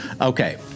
Okay